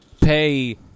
pay